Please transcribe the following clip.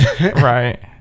Right